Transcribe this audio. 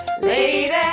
Lady